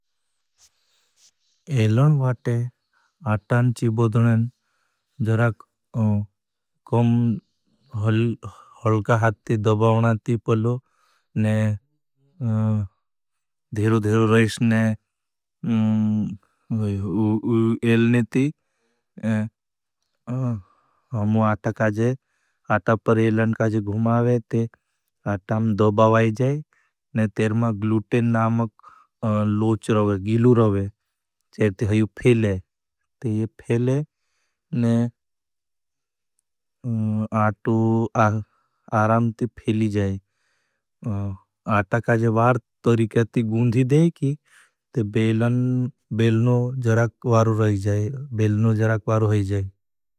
एलन भाटे आटान चीबोदनें ज़राख कम हलका हाथ ती दबावना। ती पलो ने धेरो धेरो रईश ने एलने ती अटा पर। एलन का ज़राख गुमावे ते आटां दबावाय जाए ने तेरमा ग्लूटेन ना मक लोच रवे। गिलू रवे, ज़रते हयो फेले ते ये फेले ने आटो आराम्ति फेली जाए आटा का ज़राख गुंधी देखी ते बेलनो ज़राख वारो है जाए।